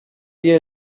via